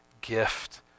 gift